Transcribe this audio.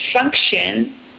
function